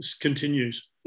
continues